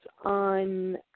on